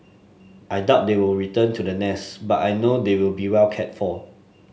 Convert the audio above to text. I doubt they will return to the nest but I know they will be well cared for